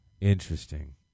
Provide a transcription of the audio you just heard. interesting